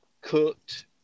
cooked